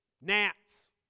gnats